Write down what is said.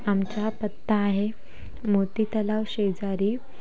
आमचा हा पत्ता आहे मोती तलावाशेजारी